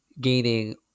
gaining